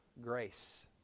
grace